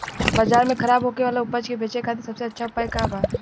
बाजार में खराब होखे वाला उपज के बेचे खातिर सबसे अच्छा उपाय का बा?